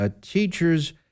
teacher's